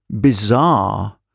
bizarre